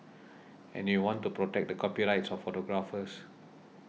and we want to protect the copyrights of photographers